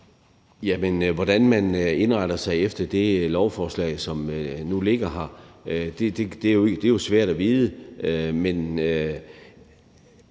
Hvordan man indretter sig efter det lovforslag, som nu ligger her, er jo svært at vide. Men